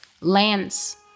lands